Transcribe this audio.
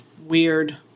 Weird